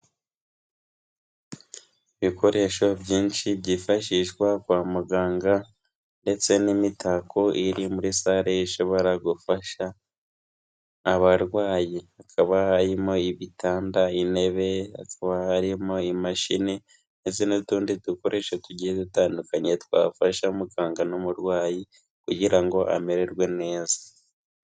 Ibikoresho byinshi byifashishwa kwa muganga ndetse n'imitako iri muri sale ishobora gufasha abarwayi, hakaba harimo ibitanda intebe hakaba harimo imashini ndetse n'utundi dukoreshasho tugiye dutandukanye twafasha mugangagana n'umurwayi, kugirango amererwe neza.